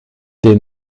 des